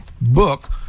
book